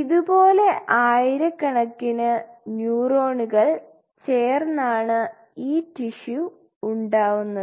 ഇതുപോലെ ആയിരക്കണക്കിന് ന്യൂറോണുകൾ ചേർന്നാണ് ഈ ടിഷ്യു ഉണ്ടാവുന്നത്